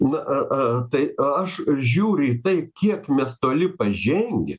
na a a tai aš žiūriu į tai kiek mes toli pažengę